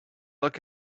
look